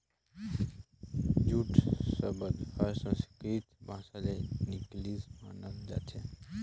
jute सबद हर संस्कृति भासा ले निकलिसे मानल जाथे